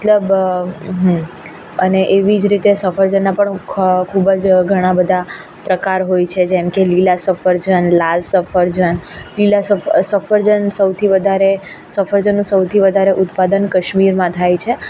મતલબ હં અને એવી જ રીતે સફરજનના પણ ખ ખૂબ જ ઘણા બધા પ્રકાર હોય છે જેમ કે લીલા સફરજન લાલ સફરજન લીલા સફ સફરજન સૌથી વધારે સફરજનનું સૌથી વધારે ઉત્પાદન કશ્મીરમાં થાય છે